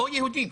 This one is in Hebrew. או יהודים,